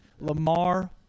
Lamar